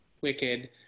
Wicked